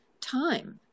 time